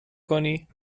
کنی